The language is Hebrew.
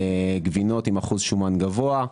גבינות עם אחוז שומן גבוה,